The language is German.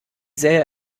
sähe